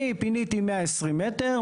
אני פיניתי 120 מ"ר,